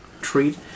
treat